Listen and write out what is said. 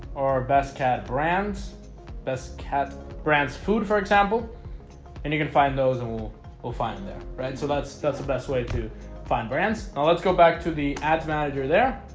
or best cat brands best cat brands food, for example and you can find those and we'll find them right so that's that's the best way to find brands now let's go back to the ads manager there